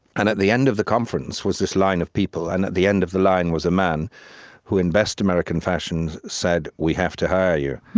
and at the end of the conference was this line of people, and at the end of the line was a man who, in best american fashion, said, we have to hire you.